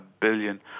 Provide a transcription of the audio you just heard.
billion